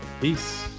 Peace